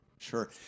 Sure